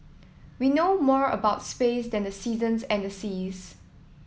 we know more about space than the seasons and the seas